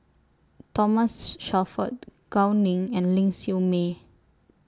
Thomas Shelford Gao Ning and Ling Siew May